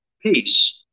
Peace